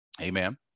amen